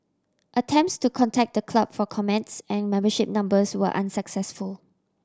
attempts to contact the club for comments and membership numbers were unsuccessful